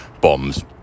bombs